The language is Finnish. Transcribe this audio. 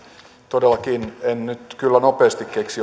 todellakin en nyt kyllä nopeasti keksi